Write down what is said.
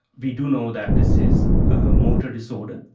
we do know that this is a motor disorder,